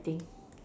I think